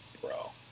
bro